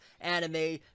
anime